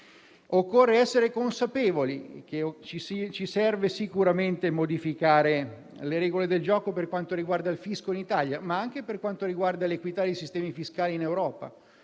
Occorre essere consapevoli della necessità di modificare le regole del gioco per quanto riguarda il fisco in Italia, ma anche per quanto riguarda l'equità dei sistemi fiscali in Europa;